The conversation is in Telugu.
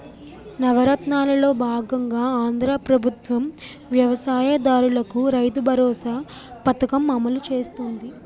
నవరత్నాలలో బాగంగా ఆంధ్రా ప్రభుత్వం వ్యవసాయ దారులకు రైతుబరోసా పథకం అమలు చేస్తుంది